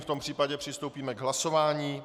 V tom případě přistoupíme k hlasování.